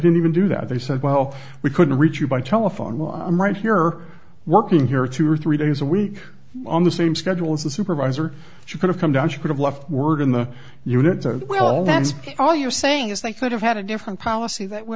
didn't even do that they said well we couldn't reach you by telephone i'm right here working here two or three days a week on the same schedule as the supervisor she could have come down she could've left word in the unit well that's all you're saying is they could have had a different policy that would